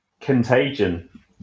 contagion